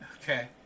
Okay